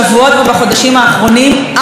עין צופייה לפריימריז,